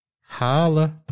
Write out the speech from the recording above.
holla